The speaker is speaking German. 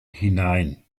hinein